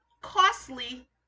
costly